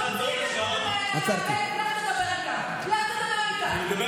הבנתי משר האוצר שאת טועה.